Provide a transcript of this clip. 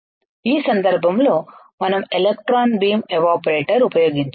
ఈ సందర్భంలో మనం ఎలక్ట్రాన్ బీమ్ ఎవాపరేటర్ ఉపయోగించాలి